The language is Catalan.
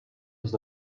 les